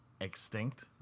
Extinct